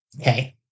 Okay